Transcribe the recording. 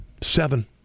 Seven